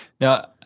Now